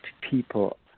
people